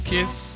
Kiss